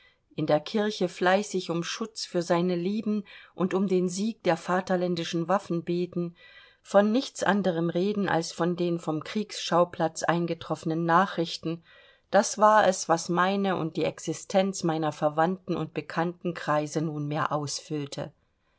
in der kirche fleißig um schutz für seine lieben und um den sieg der vaterländischen waffen beten von nichts anderem reden als von den vom kriegsschauplatz eingetroffenen nachrichten das war es was meine und die existenz meiner verwandten und bekanntenkreise nunmehr ausfüllte